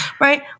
right